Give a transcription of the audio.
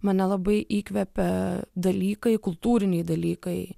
mane labai įkvepia dalykai kultūriniai dalykai